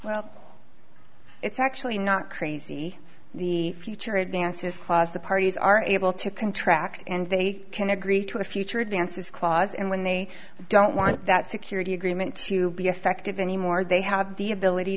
wow it's actually not crazy the future advances clause the parties are able to contract and they can agree to a future advances clause and when they don't want that security agreement to be effective anymore they have the ability